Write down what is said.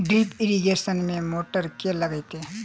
Drip irrigation मे motor केँ लागतै?